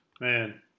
man